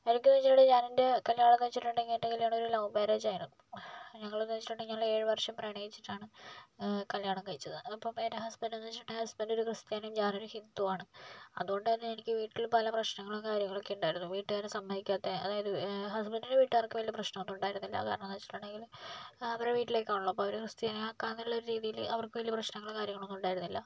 എനിക്ക് എന്ന് വെച്ചിട്ടുണ്ടെങ്കിൽ ഞാനെൻ്റെ കല്യാണം എന്ന് വെച്ചിട്ടുണ്ടെങ്കിൽ എൻ്റെ കല്യാണം ഒരു ലവ് മാരേജ് ആയിരുന്നു ഞങ്ങളെന്ന് വെച്ചിട്ടുണ്ടെങ്കിൽ ഞങ്ങൾ ഏഴ് വർഷം പ്രണയിച്ചിട്ടാണ് കല്യാണം കഴിച്ചത് അപ്പം എൻ്റെ ഹസ്ബൻ്റെന്ന് വെച്ചിട്ടുണ്ടെങ്കിൽ ഒരു ക്രിസ്ത്യാനിയും ഞാൻ ഒരു ഹിന്ദുവും ആണ് അതുകൊണ്ടുതന്നെ എനിക്ക് വീട്ടിൽ പല പ്രശ്നങ്ങളും കാര്യങ്ങളും ഒക്കെ ഉണ്ടായിരുന്നു വീട്ടുകാർ സമ്മതിക്കാത്ത അതായത് ഹസ്ബന്റിൻ്റെ വീട്ടുകാർക്ക് വലിയ പ്രശ്നങ്ങളൊന്നും ഉണ്ടായിരുന്നില്ല കാരണമെന്നുവെച്ചിട്ടുണ്ടെങ്കിൽ അവരുടെ വീട്ടിലേക്കാണല്ലോ അപ്പോൾ അവർ ക്രിസ്ത്യാനി ആക്കാം എന്നുള്ള രീതിയിൽ അവർക്ക് വലിയ പ്രശ്നങ്ങളോ കാര്യങ്ങളോ ഒന്നും ഉണ്ടായിരുന്നില്ല